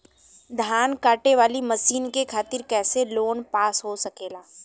धान कांटेवाली मशीन के खातीर कैसे लोन पास हो सकेला?